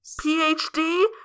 PhD